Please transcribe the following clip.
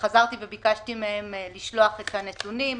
חזרתי וביקשתי מהם לשלוח את הנתונים.